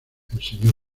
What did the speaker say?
enseñó